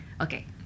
okay